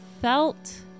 felt